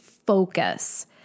Focus